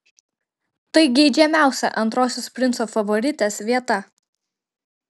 tai geidžiamiausia antrosios princo favoritės vieta